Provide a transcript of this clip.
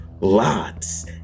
lots